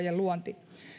ja työpaikkojen luonti